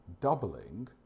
doubling